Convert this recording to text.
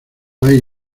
hay